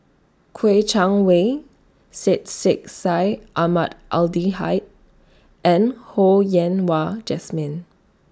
Kouo Shang Wei Syed Sheikh Syed Ahmad Al Hadi and Ho Yen Wah Jesmine